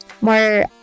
more